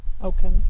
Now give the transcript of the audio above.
Okay